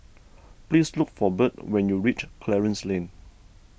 please look for Birt when you reach Clarence Lane